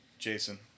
Jason